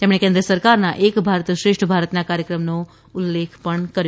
તેમણે કેન્દ્ર સરકારના એક ભારત શ્રેષ્ઠ ભારતના કાર્યક્રમનો ઉલ્લેખ કર્યો હતો